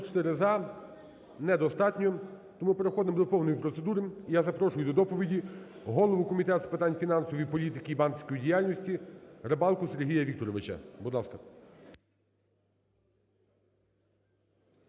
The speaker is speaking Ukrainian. За-94 Недостатньо. Тому переходимо до повної процедури. Я запрошую до доповіді голову Комітету з питань фінансової політики і банківської діяльності Рибалку Сергія Вікторовича, будь ласка.